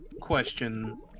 question